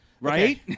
Right